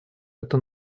это